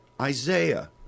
Isaiah